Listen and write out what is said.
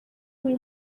buri